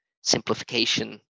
simplification